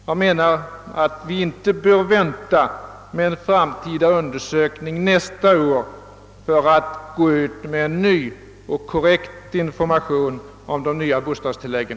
Jag menar att vi inte bör avvakta en undersökning nästa år innan vi ger ut en ny och korrekt information om de nya bostadstilläggen.